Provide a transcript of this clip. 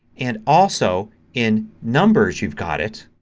and also in numbers you've got it